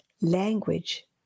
language